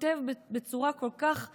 כותב בצורה כל כך נאיבית,